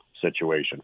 situation